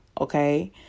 okay